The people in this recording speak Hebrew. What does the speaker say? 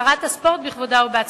שרת הספורט בכבודה ובעצמה.